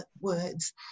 words